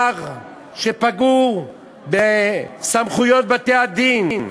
פגעו בסמכויות בתי-הדין,